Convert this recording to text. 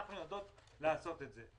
אנחנו יודעות לעשות את זה.